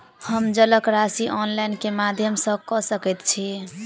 हम जलक राशि ऑनलाइन केँ माध्यम सँ कऽ सकैत छी?